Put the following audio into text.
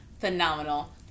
Phenomenal